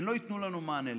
לא ייתנו לנו מענה.